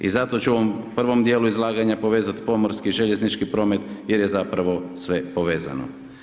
I zato ću vam u prvom dijelu izlaganja povezati pomorski, željeznički promet, jer je zapravo sve povezano.